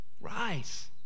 Rise